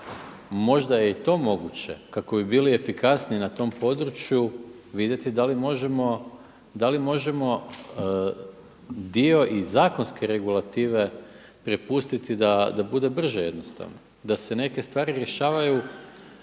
možda je i to moguće kako bi bili efikasniji na tom području vidjeti da li možemo dio i zakonske regulative prepustiti da bude brže jednostavno, da se neke stvari rješavaju